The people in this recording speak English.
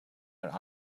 out